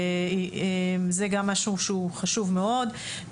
זה משהו שהוא חשוב מאוד.